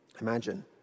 Imagine